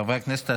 חברי הכנסת,